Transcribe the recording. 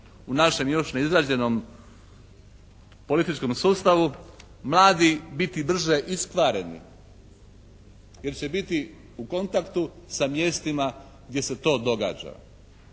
u našem još neizgrađenom političkom sustavu mladi biti brže iskvareni jer će biti u kontaktu sa mjestima gdje se to događa.